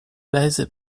base